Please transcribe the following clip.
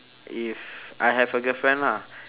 if I have a girlfriend lah